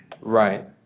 Right